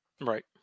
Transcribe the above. Right